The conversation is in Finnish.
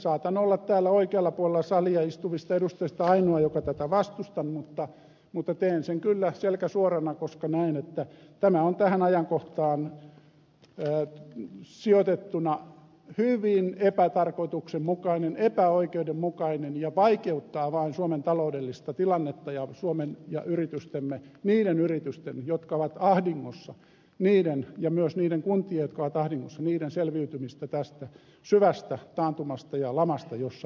saatan olla täällä oikealla puolella salia istuvista edustajista ainoa joka tätä vastustan mutta teen sen kyllä selkä suorana koska näen että tämä on tähän ajankohtaan sijoitettuna hyvin epätarkoituksenmukaista epäoikeudenmukaista ja vaikeuttaa vain suomen taloudellista tilannetta ja suomen ja yritystemme niiden yritysten jotka ovat ahdingossa ja myös niiden kuntien jotka ovat ahdingossa selviytymistä tästä syvästä taantumasta ja lamasta jossa elämme